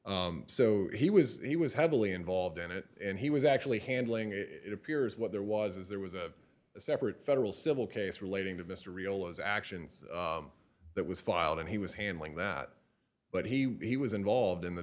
so he was he was heavily involved in it and he was actually handling it it appears what there was is there was a separate federal civil case relating to mr riehl his actions that was filed and he was handling that but he was involved in the